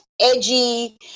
edgy